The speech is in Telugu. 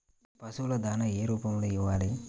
పశువుల దాణా ఏ రూపంలో ఇవ్వాలి?